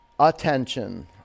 Attention